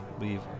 leave